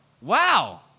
wow